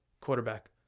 Quarterback